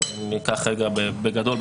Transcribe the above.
אם ניקח רגע בגדול,